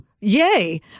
Yay